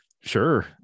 sure